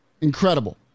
Incredible